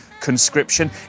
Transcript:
conscription